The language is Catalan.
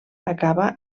acaba